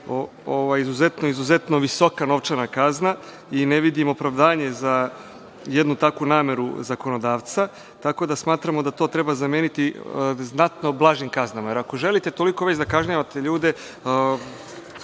izuzetno visoka novčana kazna i ne vidim opravdanje za jednu takvu nameru zakonodavca, tako da smatramo da treba zameniti znatno blažim kaznama. Ako želite toliko već da kažnjavate ljude,